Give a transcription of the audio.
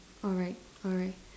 all right all right